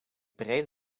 brede